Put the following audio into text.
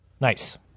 Nice